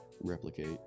replicate